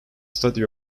study